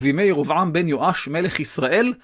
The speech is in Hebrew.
בימי ירובעם בן יואש, מלך ישראל.